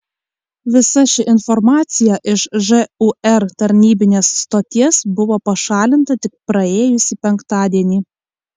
visa ši informacija iš žūr tarnybinės stoties buvo pašalinta tik praėjusį penktadienį